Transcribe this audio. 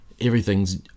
Everything's